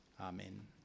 Amen